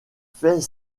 fait